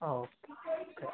ah okay K